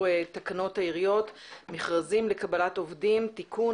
תקנות העיריות (מכרזים לקבלת עובדים) (תיקון),